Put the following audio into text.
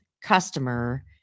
customer